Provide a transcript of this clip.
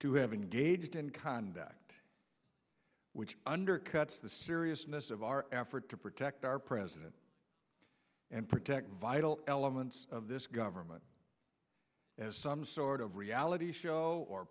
to have engaged in conduct which undercuts the seriousness of our effort to protect our president and protect vital elements of this government as some sort of reality show or